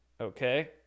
Okay